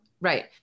Right